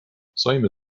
saime